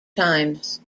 times